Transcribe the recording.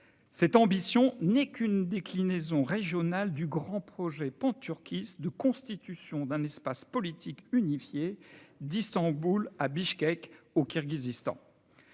Cette ambition n'est qu'une déclinaison régionale du grand projet panturquiste de constitution d'un espace politique unifié d'Istanbul à Bichkek, au Kirghizistan.